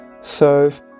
serve